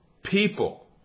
People